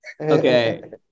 Okay